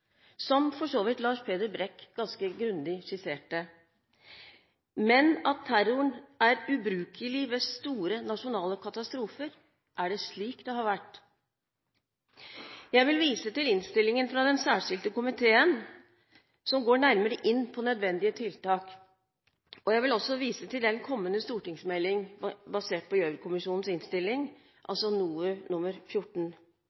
Lars Peder Brekk ganske grundig har skissert – men at beredskapen er totalt ubrukelig ved store nasjonale katastrofer? Er det slik det har vært? Jeg vil vise til innstillingen fra den særskilte komiteen, som går nærmere inn på nødvendige tiltak. Jeg vil også vise til den kommende stortingsmeldingen basert på Gjørv-kommisjonens innstilling, altså NOU 2012: 14.